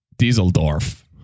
Dieseldorf